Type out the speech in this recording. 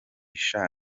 sha